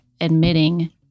admitting